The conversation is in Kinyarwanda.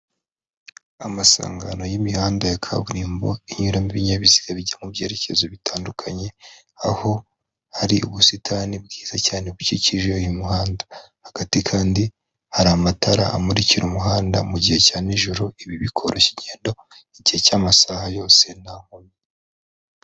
Amasangano y'imihanda ya kaburimbo anyuramo ibinyabiziga bijya mu byerekezo bitandukanye, aho hari ubusitani bwiza cyane bukikije uyu muhanda, hagati kandi hari amatara amurikira umuhanda mu gihe cya nijoro ibi bikoroshya ingendo igihe cy'amasaha yose nta nkomyi.